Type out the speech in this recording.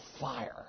fire